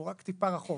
הוא רק טיפה רחוק.